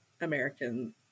American